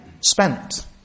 spent